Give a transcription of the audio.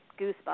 goosebumps